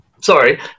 sorry